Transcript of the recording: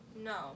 No